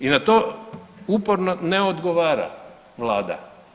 I na to uporno ne odgovara vlada.